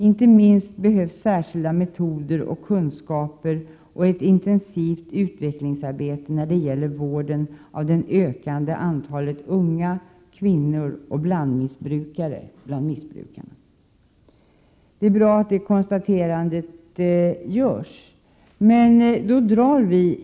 Inte minst behövs särskilda metoder och kunskaper och ett intensivt utvecklingsarbete när det gäller vården av det ökande antalet unga, kvinnor och blandmissbrukare bland missbrukarna.” Det är bra att det konstaterandet görs.